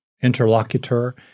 interlocutor